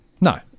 No